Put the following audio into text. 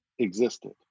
Existed